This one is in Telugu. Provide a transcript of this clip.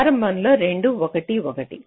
ప్రారంభంలో రెండూ 1 1